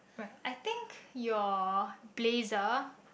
right I think your blazer